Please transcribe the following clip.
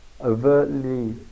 overtly